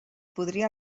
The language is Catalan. podria